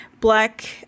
black